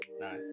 nice